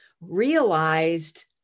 realized